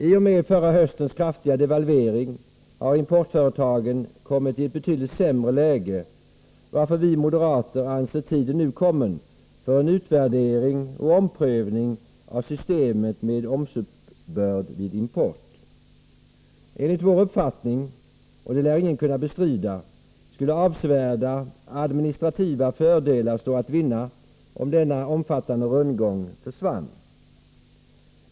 I och med förra höstens kraftiga devalvering har importföretagen kommit i ett betydligt sämre läge, varför vi moderater anser tiden nu kommen för en utvärdering och omprövning av systemet med momsuppbörd vid import. 77 Enligt vår uppfattning, och den lär ingen kunna bestrida, skulle avsevärda administrativa fördelar stå att vinna om denna omfattande rundgång försvann.